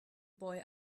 boy